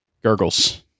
Gurgles